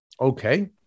Okay